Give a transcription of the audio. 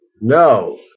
No